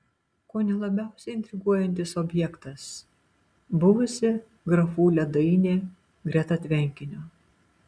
kone labiausiai intriguojantis objektas buvusi grafų ledainė greta tvenkinio